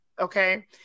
okay